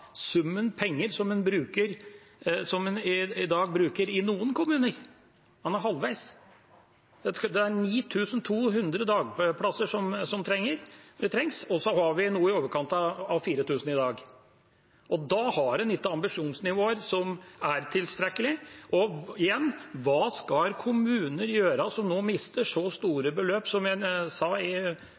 summen penger som en i dag bruker i noen kommuner. Man er halvveis. Det er 9 200 dagplasser som trengs, og vi har noe i overkant av 4 000 i dag. Da har en ikke tilstrekkelig ambisjonsnivå. Igjen: Hva skal kommuner gjøre som nå mister så store beløp som det jeg sa i